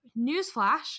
newsflash